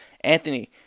Anthony